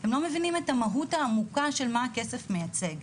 הם לא מבינים את המהות העמוקה של מה הכסף מייצג.